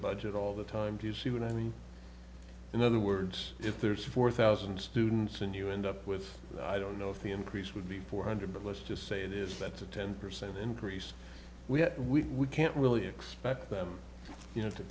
budget all the time to see what i mean in other words if there's four thousand students and you end up with i don't know if the increase would be four hundred but let's just say this that's a ten percent increase we get we can't really expect you know to